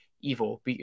evil